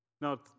Now